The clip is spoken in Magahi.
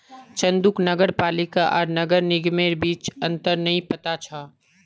चंदूक नगर पालिका आर नगर निगमेर बीच अंतर नइ पता छ